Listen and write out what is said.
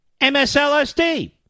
MSLSD